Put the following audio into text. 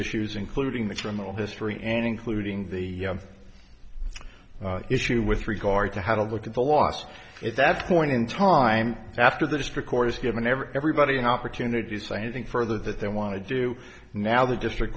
issues including the criminal history and including the issue with regard to how to look at the last it that's point in time after the district court has given every everybody an opportunity to say anything further that they want to do now the district